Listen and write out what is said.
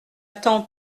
temps